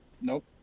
Nope